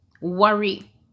worry